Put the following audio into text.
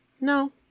No